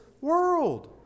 world